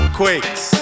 quakes